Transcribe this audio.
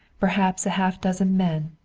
perhaps a half dozen men,